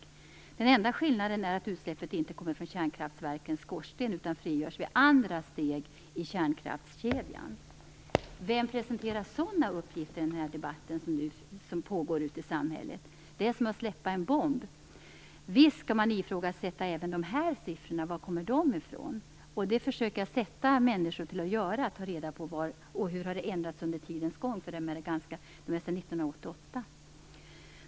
Den enda skillnaden är att utsläppet inte kommer från kärnkraftverkens skorsten utan frigörs vid andra steg i kärnkraftskedjan. Vem presenterar sådana uppgifter i den debatt som nu pågår i samhället? Det är som att släppa en bomb. Visst skall man ifrågasätta även dessa siffror. Var kommer de ifrån? Det försöker jag sätta människor att göra. Hur har de ändrats under tidens gång? De är från år 1988.